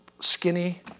Skinny